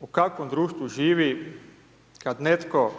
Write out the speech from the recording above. u kakvom društvu živi kada netko